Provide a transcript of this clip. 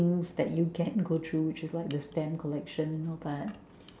things that you can go through which is like the stamp collection you know but